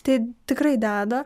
tai tikrai deda